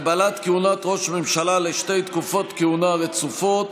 הגבלת כהונת ראש ממשלה לשתי תקופות כהונה רצופות),